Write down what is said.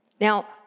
Now